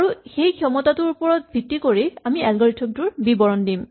আৰু সেই ক্ষমতাটোৰ ওপৰত ভিত্তি কৰি আমি এলগৰিথম টোৰ বিৱৰণ দিম